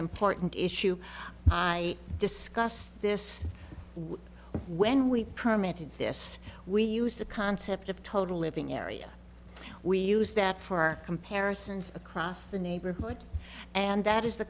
important issue i discussed this when we permit this we used the concept of total living area we use that for comparisons across the neighborhood and that is the